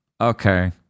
okay